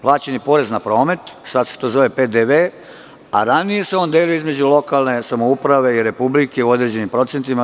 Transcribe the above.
Plaćen je porez na promet, sada se to zove PDV, a on se ranije delio između lokalne samouprave i republike u određenim procentima.